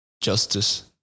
justice